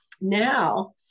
now